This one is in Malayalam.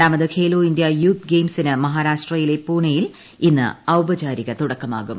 രണ്ടാമത് ഖേലോ ഇന്ത്യ യൂത്ത് ഗെയിംസിന് മഹാരാഷ്ട്രയിലെ പൂനെയിൽ ഇന്ന് ഔപചാരിക തുടക്കമാകും